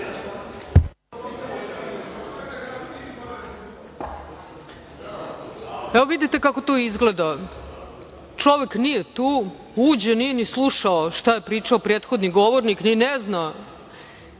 Evo vidite kako to izgleda. Čovek nije tu, uđe, nije ni slušao šta je pričao prethodni govornik, ni ne zna